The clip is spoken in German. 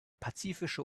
pazifische